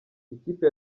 ikipe